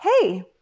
hey